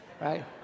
right